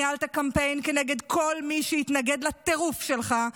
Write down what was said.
ניהלת קמפיין כנגד כל מי שהתנגד לטירוף שלך,